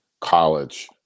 college